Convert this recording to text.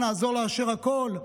נעזור לאשר הכול.